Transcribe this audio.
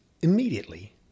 immediately